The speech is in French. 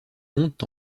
montent